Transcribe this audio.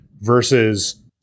versus